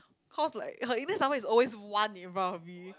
cause like her index number is always one in front of me